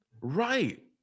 Right